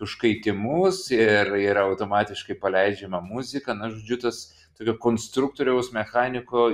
užkaikimus ir ir automatiškai paleidžiamą muziką na žodžiu tas tokio konstruktoriaus mechaniko